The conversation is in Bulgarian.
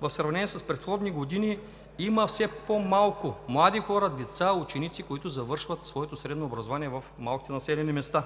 в сравнение с предходни години – има все по-малко млади хора, деца, ученици, които завършват своето средно образование в малките населени места.